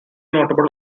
notable